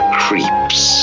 creeps